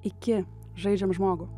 iki žaidžiam žmogų